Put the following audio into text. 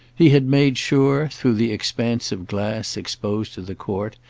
he had made sure, through the expanse of glass exposed to the court,